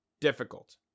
difficult